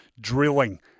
drilling